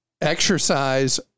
exercise